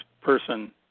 person